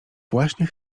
właśnie